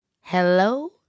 Hello